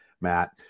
Matt